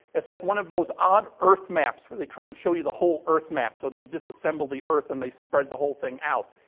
it's like one of those odd earth maps where they and show you the whole earth map so they disassemble the earth and they spread the whole thing out.